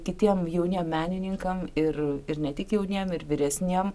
kitiem jauniem menininkam ir ir ne tik jauniem ir vyresniem